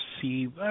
see